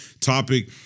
topic